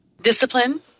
Discipline